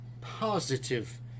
positive